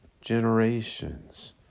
generations